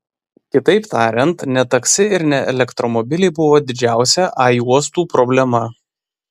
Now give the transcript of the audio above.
kitaip tariant ne taksi ir ne elektromobiliai buvo didžiausia a juostų problema